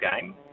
game